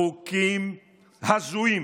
חוקיים הזויים